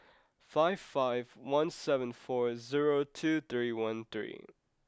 five five one seven four zero two three one three